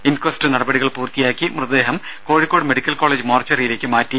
inquest നടപടികൾ പൂർത്തിയാക്കി മൃതദേഹം കോഴിക്കോട് മെഡിക്കൽ കോളജ് മോർച്ചറിയിലേക്ക് മാറ്റി